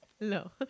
No